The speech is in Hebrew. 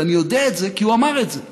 ואני יודע זאת זה,